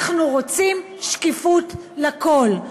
אנחנו רוצים שקיפות לכול.